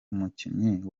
umukinnyi